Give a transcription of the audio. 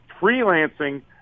freelancing